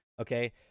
Okay